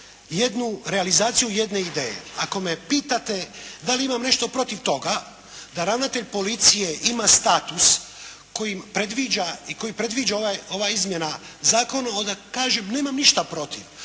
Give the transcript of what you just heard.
jednu realizaciju jedne ideje. Ako me pitate da li imam nešto protiv toga, ravnatelj policije ima status kojim predviđa i koji predviđa ova izmjena zakona onda kažem nemam ništa protiv.